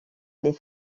les